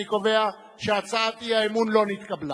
אני קובע שהצעת האי-אמון לא נתקבלה.